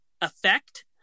effect